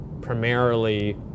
primarily